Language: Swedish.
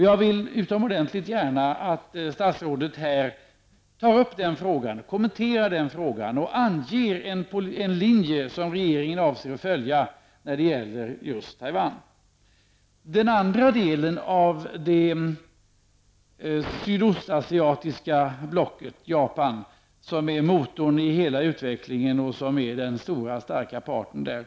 Jag vill gärna att statsrådet kommenterar frågan och anger en linje som regeringen avser att följa. Japan, som är motorn i hela utvecklingen och som är den stora starka parten där.